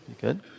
Good